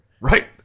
Right